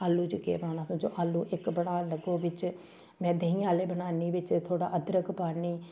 आलू च केह् पाना समझो आलू इक बनान लग्गो बिच्च में देहीं आह्ले बन्नानी बिच्च थोह्ड़ा अदरक पान्नी